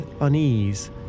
unease